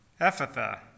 Ephatha